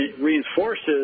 reinforces